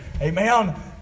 Amen